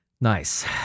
Nice